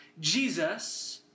Jesus